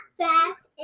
fast